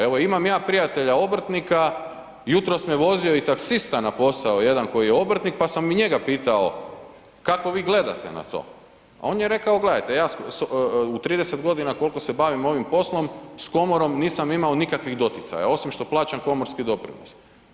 Evo imam ja prijatelja obrtnika, jutros me vozio i taksista na posao jedan koji je obrtnik pa sam i njega pitao kako vi gledate na to a on je rekao gledajte, ja u 30 g. koliko se bavim ovim poslom, s komorom nisam imao nikakvih doticaja osim što plaćam komorski doprinos.